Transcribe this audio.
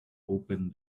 open